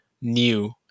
new